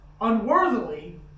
unworthily